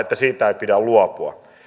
että niistä ei pidä luopua